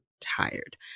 tired